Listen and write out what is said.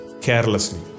carelessly